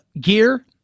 gear